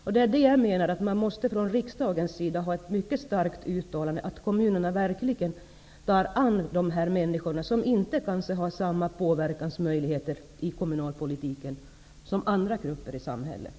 Vi måste från riksdagens sida göra ett mycket starkt uttalande, så att kommunerna verkligen tar sig an dessa människor, som kanske inte har samma påverkansmöjligheter i kommunalpolitiken som andra grupper i samhället.